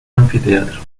anfiteatro